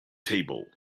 table